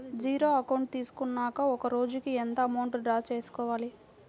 Zero account తీసుకున్నాక ఒక రోజుకి ఎంత అమౌంట్ డ్రా చేసుకోవాలి?